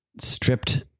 Stripped